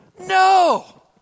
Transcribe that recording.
No